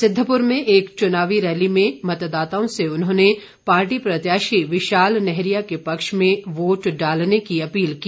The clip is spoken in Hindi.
सिद्धपुर में एक चुनावी रैली में मतदाताओं से उन्होंने पार्टी प्रत्याशी विशाल नैहरिया के पक्ष में वोट डालने की अपील की